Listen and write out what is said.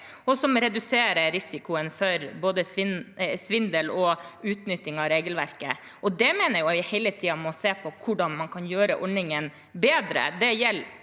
og som reduserer risikoen for både svindel og utnytting av regelverket. Jeg mener vi hele tiden må se på hvordan man kan gjøre ordningen bedre.